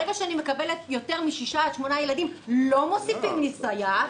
ברגע שאני מקבלת יותר משישה עד שמונה ילדים לא מוסיפים לי סייעת,